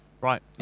Right